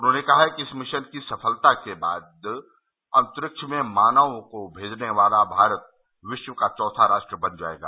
उन्होंने कहा कि इस मिशन की सफलता के बाद अंतरिक्ष में मानव को भेजने वाला भारत विश्व का चौथा राष्ट्र बन जाएगा